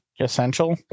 essential